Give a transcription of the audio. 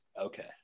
Okay